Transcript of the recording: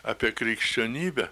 apie krikščionybę